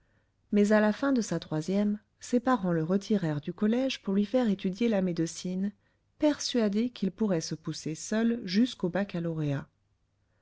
mais à la fin de sa troisième ses parents le retirèrent du collège pour lui faire étudier la médecine persuadés qu'il pourrait se pousser seul jusqu'au baccalauréat